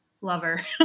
lover